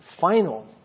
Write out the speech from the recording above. final